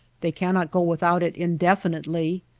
they cannot go without it indefinitely.